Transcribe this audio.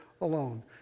alone